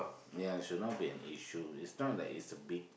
ya should not be an issue it's not like it's a big